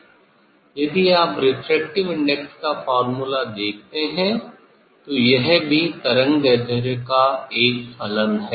यदि आप refractive index का फ़ॉर्मूला देखते हैं तो यह भी तरंगदैर्ध्य का एक फलन है